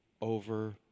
over